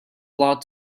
lot